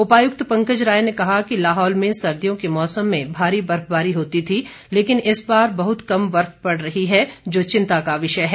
उपायुक्त पंकज राय ने कहा कि लाहौल में सर्दियों के मौसम में भारी बर्फबारी होती थी लेकिन इस बार बहुत कम बर्फ पड़ रही हैं जो चिंता का विषय है